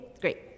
Great